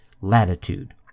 latitude